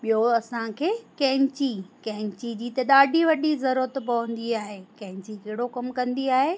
ॿियो असांखे कैंची कैंची जी त ॾाढी वॾी ज़रूरत पवंदी आहे कैंची कहिड़ो कमु कंदी आहे